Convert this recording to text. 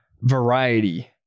variety